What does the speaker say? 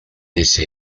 ese